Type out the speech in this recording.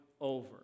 over